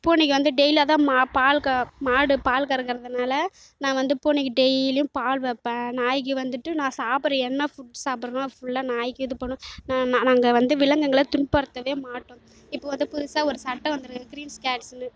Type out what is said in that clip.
பூனைக்கு வந்து டெய்லி அதுதான் மா பால் மாடு கறக்கிறதுனால நான் வந்து பூனைக்கு டெய்லியும் பால் வைப்பேன் நாய்க்கு வந்துட்டு நான் சாப்பிட்ற என்ன ஃபுட்ஸ் சாப்பிட்றேனோ அது ஃபுல்லாக நாய்க்கு இது பண்ணுவேன் நான் நான் அங்கே வந்து விலங்கினங்களை துன்பப்படுத்தவே மாட்டோம் இப்போ வந்து புதுசாக வந்து ஒரு சட்டம் வந்திருக்குது கிரீன் கேட்ஸ்னு